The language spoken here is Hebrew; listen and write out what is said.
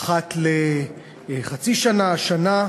אחת לחצי שנה, שנה,